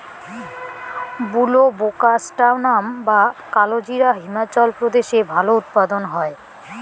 বুলবোকাস্ট্যানাম বা কালোজিরা হিমাচল প্রদেশে ভালো উৎপাদন হয়